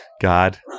God